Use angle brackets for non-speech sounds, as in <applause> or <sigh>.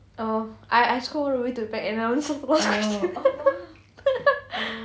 oh oh I I scrolled all the way to the back and I only saw the last question <laughs>